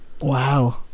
Wow